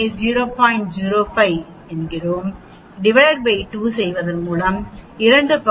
05 2 என்று கருதுங்கள் அது இங்கே 0